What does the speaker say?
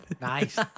Nice